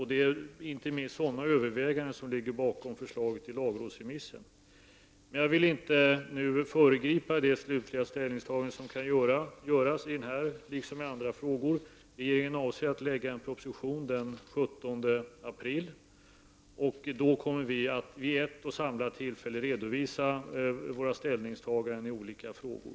Det är inte minst sådana överväganden som ligger bakom förslaget i lagrådsremissen. Men jag vill inte nu föregripa det slutliga ställningstagandet som kan göras i den här frågan liksom i andra frågor. Regeringen avser att lägga fram en proposition den 17 april. Vi kommer då att vid ett och samma tillfälle redovisa våra ställningstaganden i olika frågor.